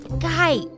Guy